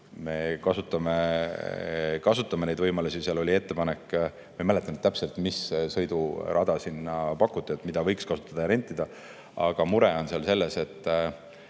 kasutame neid võimalusi. Seal oli ettepanek, ma küll ei mäleta täpselt, mis sõidurada pakuti, mida võiks kasutada ja rentida, aga mure on selles, et